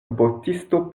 botisto